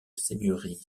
seigneurie